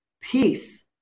peace